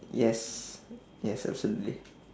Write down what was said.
yes yes absolutely